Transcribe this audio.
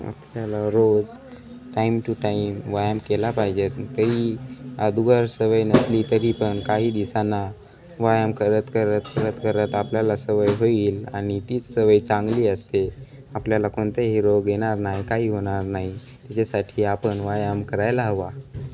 आपल्याला रोज time to time व्यायाम केला पाहिजेत तरी दुबार सवय नसली तरी पण काही दिसांना व्यायाम करत करत करत करत आपल्याला सवय होईल आणि तीच सवय चांगली असते आपल्याला कोणत्याही रोग येणार नाही काही होणार नाही त्याच्यासाठी आपण व्यायाम करायला हवा